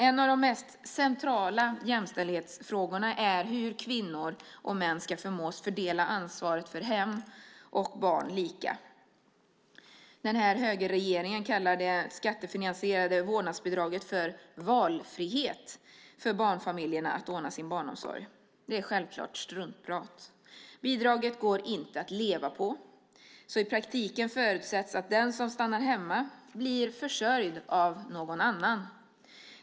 En av de mest centrala jämställdhetsfrågorna är hur kvinnor och män ska förmås fördela ansvar för hem och barn lika. Högerregeringen kallar det skattefinansierade vårdnadsbidraget för valfrihet för barnfamiljerna att ordna sin barnomsorg. Det är självklart struntprat. Bidraget går inte att leva på. I praktiken förutsätts att den som stannar hemma blir försörjd av någon annan.